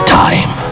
time